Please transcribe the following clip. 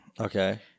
Okay